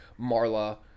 Marla